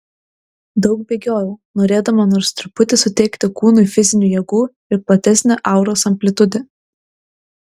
daug bėgiojau norėdama nors truputį suteikti kūnui fizinių jėgų ir platesnę auros amplitudę